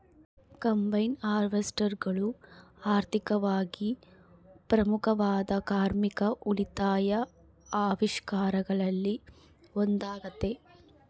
combine ಹಾರ್ವೆಸ್ಟರ್ಗಳು ಆರ್ಥಿಕವಾಗಿ ಪ್ರಮುಖವಾದ ಕಾರ್ಮಿಕ ಉಳಿತಾಯ ಆವಿಷ್ಕಾರಗಳಲ್ಲಿ ಒಂದಾಗತೆ